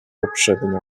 poprzednio